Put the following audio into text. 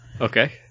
Okay